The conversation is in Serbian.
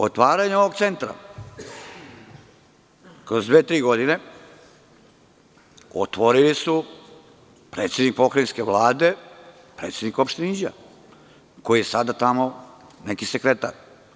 Otvaranje ovog centra, kroz dve-tri gocine, otvorili su predsednik pokrajinske Vlade i predsednik opštine Inđija, koji je sada tamo neki sekretar.